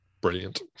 brilliant